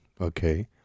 Okay